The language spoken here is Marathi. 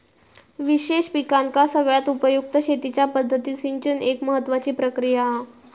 विशेष पिकांका सगळ्यात उपयुक्त शेतीच्या पद्धतीत सिंचन एक महत्त्वाची प्रक्रिया हा